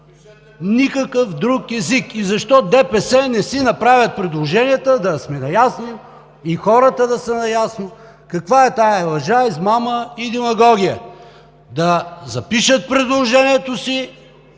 Никакъв друг език! И защо ДПС не си направят предложенията да сме наясно и хората да сме наясно каква е тази лъжа, измама и демагогия? Да запишат предложението си